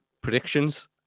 predictions